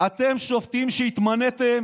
אתם שופטים והתמניתם